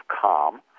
calm